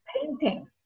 painting